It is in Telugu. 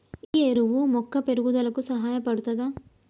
ఈ ఎరువు మొక్క పెరుగుదలకు సహాయపడుతదా?